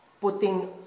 putting